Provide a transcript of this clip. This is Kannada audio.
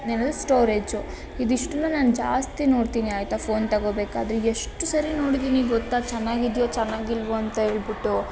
ಏನದು ಸ್ಟೋರೇಜು ಇದಿಷ್ಟುನ ನಾನು ಜಾಸ್ತಿ ನೋಡ್ತೀನಿ ಆಯ್ತಾ ಫೋನ್ ತಗೋಬೇಕಾದ್ರೆ ಎಷ್ಟು ಸರಿ ನೋಡಿದ್ದೀನಿ ಗೊತ್ತಾ ಚೆನ್ನಾಗಿದ್ಯೋ ಚೆನ್ನಾಗಿಲ್ವೋ ಅಂತ ಹೇಳ್ಬಿಟ್ಟು